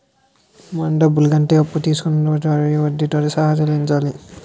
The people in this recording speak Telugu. మన డబ్బులు కంటే అప్పు తీసుకొనే వారికి వడ్డీతో సహా చెల్లించాలి